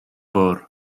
bwrdd